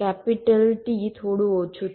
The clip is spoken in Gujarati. T થોડું ઓછું થશે